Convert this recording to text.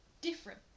different